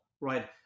right